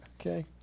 Okay